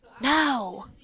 No